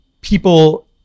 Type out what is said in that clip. people